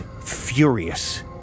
furious